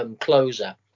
closer